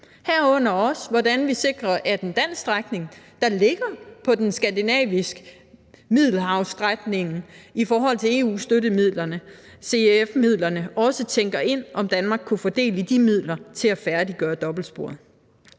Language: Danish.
herunder også hvordan vi sikrer, at en dansk strækning, der ligger på Skandinavien-Middelhavsstrækningen, er tænkt ind i forhold til EU-støttemidlerne, CEF-midlerne, så Danmark eventuelt kunne få del i de midler til at færdiggøre dobbeltsporet.